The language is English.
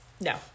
No